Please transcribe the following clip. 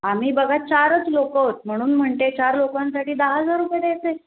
आम्ही बघा चारच लोकं आहोत म्हणून म्हणते चार लोकांसाठी दहा हजार रुपये द्यायचे